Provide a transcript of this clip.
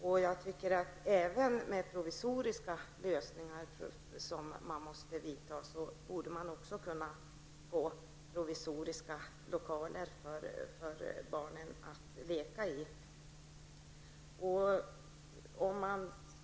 Även om man är tvungen att vidta provisoriska lösningar, borde det kunna ordnas provisoriska lokaler för barnen att leka i.